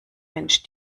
mensch